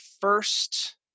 first